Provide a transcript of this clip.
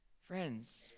Friends